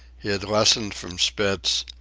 he had lessoned from spitz,